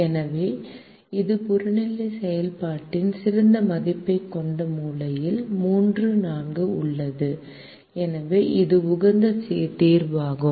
எனவே இது புறநிலை செயல்பாட்டின் சிறந்த மதிப்பைக் கொண்ட மூலையில் 3 4 உள்ளது எனவே இது உகந்த தீர்வாகும்